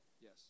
Yes